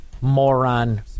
moron